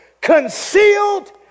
concealed